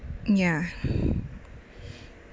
ya